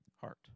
heart